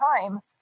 time